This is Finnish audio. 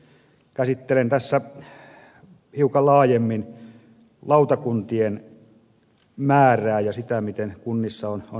käsittelen tässä hiukan laajemmin lautakuntien määrää ja sitä miten kunnissa on menetelty